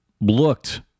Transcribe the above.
looked